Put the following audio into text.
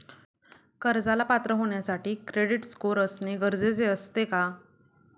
कर्जाला पात्र होण्यासाठी क्रेडिट स्कोअर असणे गरजेचे असते का?